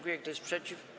Kto jest przeciw?